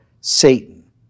Satan